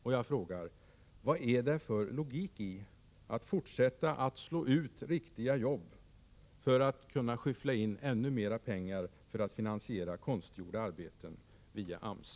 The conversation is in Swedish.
Vilken logik finns det i att fortsätta att slå ut riktiga jobb för att kunna skyffla in ännu mer pengar för finansiering av konstgjorda arbeten via AMS?